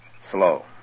Slow